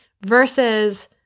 versus